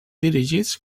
dirigits